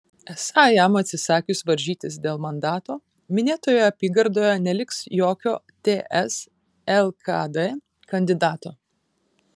esą jam atsisakius varžytis dėl mandato minėtoje apygardoje neliks jokio ts lkd kandidato